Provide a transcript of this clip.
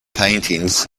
paintings